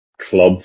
club